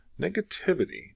Negativity